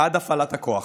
עד הפעלת הכוח.